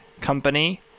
company